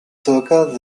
zirka